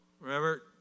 Remember